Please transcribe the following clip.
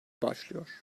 başlıyor